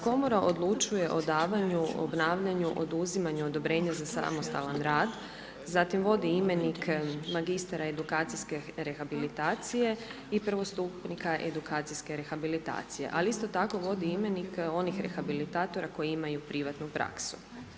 Komora odlučuje o davanju, obnavljanju, oduzimanju odobrenja za samostalan rad, zatim vodi imenike magistara edukacijske rehabilitacije i prvostupnika edukacijske rehabilitacije, ali isto tako vodi imenik onih rehabilitatora koji imaju privatnu praksu.